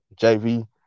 JV